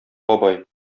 бабай